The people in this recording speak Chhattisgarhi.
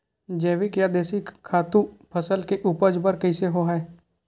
जैविक या देशी खातु फसल के उपज बर कइसे होहय?